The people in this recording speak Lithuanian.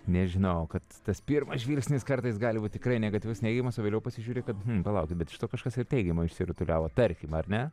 nežinau kad tas pirmas žvilgsnis kartais gali būt tikrai negatyvus neigiamas vėliau pasižiūri kad palaukit bet iš to kažkas ir teigiamo išsirutuliavo tarkim ar ne